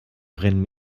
brennen